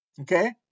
okay